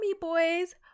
boys